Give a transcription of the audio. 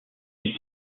une